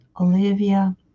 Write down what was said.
Olivia